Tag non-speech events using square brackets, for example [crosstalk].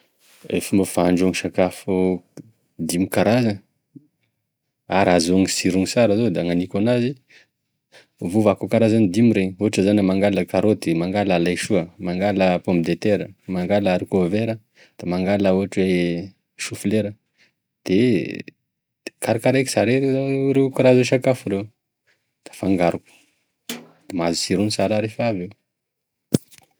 E fomba fandrahoa sakafo dimy karaza ary hahazoany sirony sara zao, da gnaniko enazy, ovaovako e karazany dimy regny, ohatra zany ah mangala karoty, mangala laisoa, mangala pomme de tera, mangala harikô vera, da mangala ohatra hoe [hesitation] soafilera, de de karakaraiko tsara ireo karaza sakafo ireo, da hafangaroko da mahazo sirony sara aho rehefa avy eo.